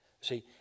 See